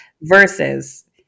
versus